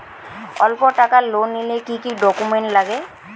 অল্প টাকার লোন নিলে কি কি ডকুমেন্ট লাগে?